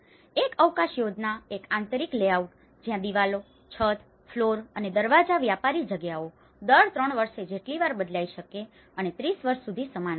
એક અવકાશ યોજના એક આંતરિક લેઆઉટ જ્યાં દિવાલો છત ફ્લોર અને દરવાજા વ્યાપારી જગ્યાઓ દર 3 વર્ષે જેટલી વાર બદલાઈ શકે છે અને 30 વર્ષ સુધી સમાન રહે છે